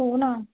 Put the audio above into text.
हो ना